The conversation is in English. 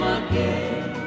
again